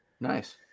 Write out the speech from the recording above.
Nice